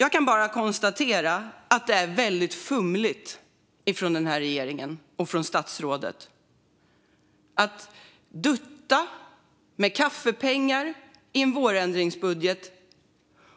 Jag kan bara konstatera att det är väldigt fumligt av denna regering och av statsrådet att dutta med kaffepengar i en vårändringsbudget.